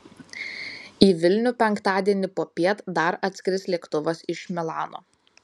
į vilnių penktadienį popiet dar atskris lėktuvas iš milano